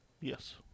yes